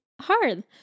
hard